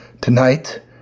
Tonight